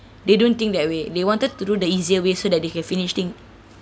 they don't think that way they wanted to do the easier way so that they can finish thing